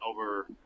over